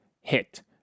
hit